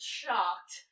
shocked